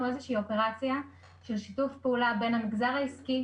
איזושהי אופרציה של שיתוף פעולה בין המגזר העסקי